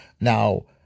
Now